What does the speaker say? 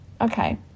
okay